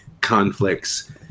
conflicts